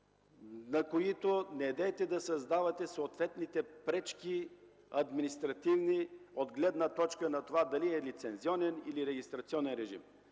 на които недейте да създавате съответните пречки – административни, от гледна точка на това дали е лицензионен или регистрационен режим.